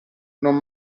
non